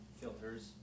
filters